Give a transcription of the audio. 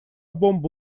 бомба